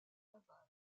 laval